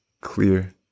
clear